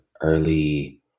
early